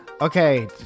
Okay